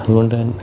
അതുകൊണ്ട് തന്നെ